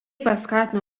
paskatino